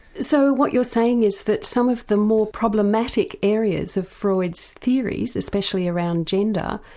so what you're saying is that some of the more problematic areas of freud's theories, especially around gender,